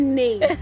name